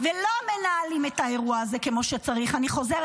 ולא מנהלים את האירוע הזה כמו שצריך אני חוזרת